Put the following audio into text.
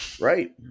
Right